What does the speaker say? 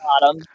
bottom